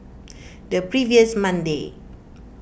the previous Monday